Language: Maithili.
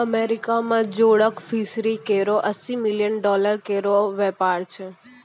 अमेरिका में जोडक फिशरी केरो अस्सी मिलियन डॉलर केरो व्यापार छै